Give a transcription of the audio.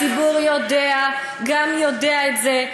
הציבור יודע גם יודע את זה,